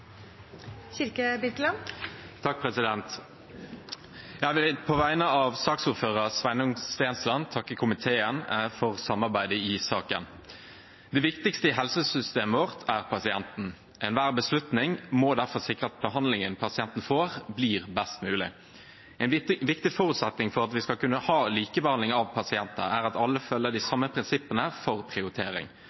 Jeg vil på vegne av saksordføreren, Sveinung Stensland, takke komiteen for samarbeidet i saken. Det viktigste i helsesystemet vårt er pasienten. Enhver beslutning må derfor sikre at behandlingen pasienten får, blir best mulig. En viktig forutsetning for at vi skal kunne ha likebehandling av pasienter, er at alle følger de samme prinsippene for prioritering.